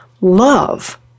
love